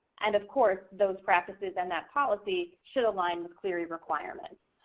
and of course those practices and that policy should align with clery requirements.